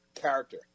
character